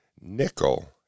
nickel